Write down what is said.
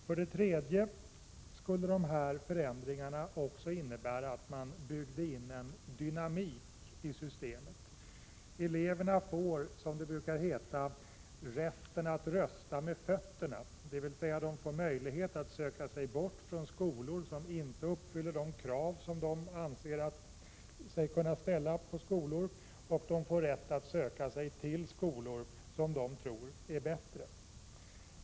För det tredje skulle de här förändringarna innebära att man byggde in en dynamik i systemet. Eleverna får, som det brukar heta, rätten att rösta med fötterna, dvs. de får möjlighet att söka sig bort från skolor som inte uppfyller de krav som de anser sig kunna ställa på skolor, och de får rätt att söka sig till skolor som de tror är bättre.